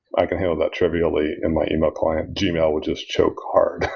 i can handle that trivially in my email client gmail would just choke hard.